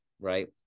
Right